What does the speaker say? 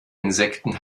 insekten